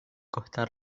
costa